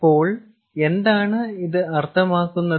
അപ്പോൾ എന്താണ് ഇത് അർത്ഥമാക്കുന്നത്